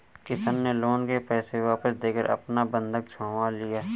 किशन ने लोन के पैसे वापस देकर अपना बंधक छुड़वा लिया